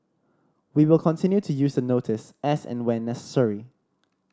we will continue to use the notice as and when necessary